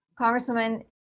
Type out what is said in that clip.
Congresswoman